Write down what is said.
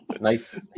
Nice